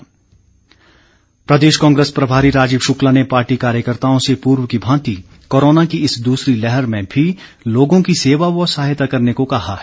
Congress corona प्रदेश कांग्रेस प्रभारी राजीव शुक्ला ने पार्टी कार्यकर्ताओं से पूर्व की भांति कोरोना की इस दूसरी लहर में भी लोगों की सेवा व सहायता करने को कहा है